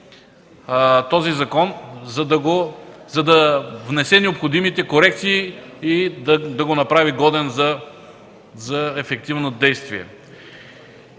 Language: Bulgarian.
този закон, да внесе необходимите корекции и да го направи годен за ефективно действие.